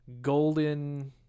golden